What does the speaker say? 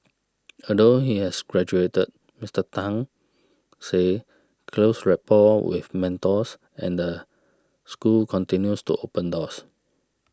although he has graduated Mister Tan said close rapport with mentors and the school continues to open doors